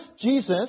Jesus